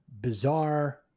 bizarre